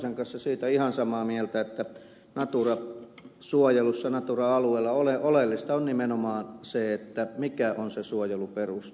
hoskosen kanssa siitä ihan samaa mieltä että natura suojelussa natura alueella oleellista on nimenomaan se mikä on se suojeluperuste